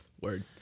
word